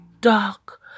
dark